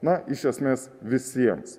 na iš esmės visiems